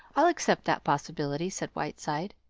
i'll accept that possibility, said whiteside.